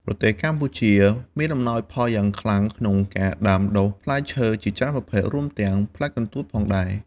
ប្រទេសកម្ពុជាមានអំណោយផលយ៉ាងខ្លាំងក្នុងការដាំដុះផ្លែឈើជាច្រើនប្រភេទ រួមទាំងផ្លែកន្ទួតផងដែរ។